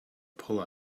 pull